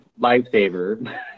Lifesaver